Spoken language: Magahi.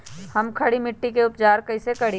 हम खड़ी मिट्टी के उपचार कईसे करी?